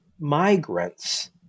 migrants